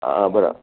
હા બરા